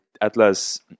Atlas